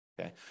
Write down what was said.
Okay